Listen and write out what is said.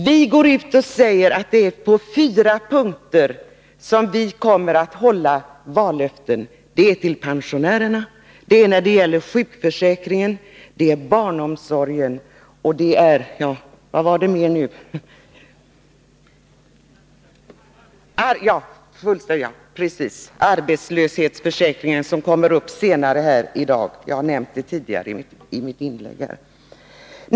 Vi går ut och säger att vi kommer att hålla våra vallöften på fyra punkter: när det gäller pensionerna, när det gäller sjukförsäkringen, när det gäller barnomsorgen och när det gäller arbetslöshetsförsäkringen, som kommer upp senare i kammaren i dag — jag har nämnt detta tidigare i mitt inlägg.